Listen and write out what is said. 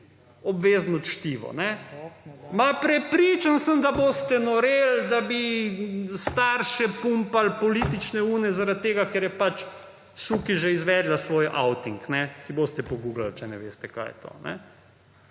obvezno čtivo. Ma prepričan sem, da boste noreli, da bi starše pumpali, politične, une, zaradi tega, ker je pač Suki že izvedla svoj auting. Si boste pogooglali, če ne veste kaj je to.